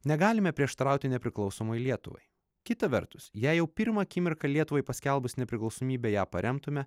negalime prieštarauti nepriklausomai lietuvai kita vertus jei jau pirmą akimirką lietuvai paskelbus nepriklausomybę ją paremtume